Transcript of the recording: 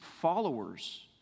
followers